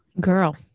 Girl